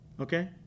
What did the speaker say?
okay